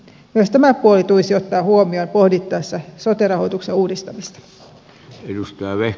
myös tämä puoli tulisi ottaa huomioon pohdittaessa sote rahoituksen uudistamista